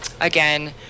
Again